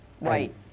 Right